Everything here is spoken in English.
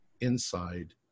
inside